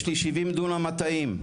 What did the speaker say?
יש לי 70 דונמים מטעים,